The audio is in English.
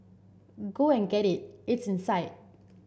go and get it it's inside